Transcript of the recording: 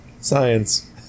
Science